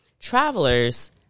travelers